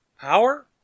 power